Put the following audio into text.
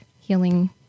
healing